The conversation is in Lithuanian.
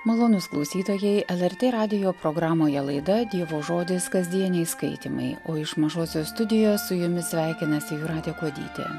malonūs klausytojai lrt radijo programoje laida dievo žodis kasdieniai skaitymai o iš mažosios studijos su jumis sveikinasi jūratė kuodytė